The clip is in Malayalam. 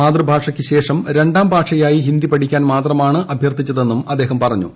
മാതൃഭാഷയ്ക്ക് ശേഷം രണ്ടാം ഭാഷയായി ഹിന്ദി പഠിക്കാൻ മാത്രമാണ് അഭ്യർത്ഥിച്ചതെന്നും അദ്ദേഹം പറഞ്ഞു